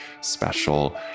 special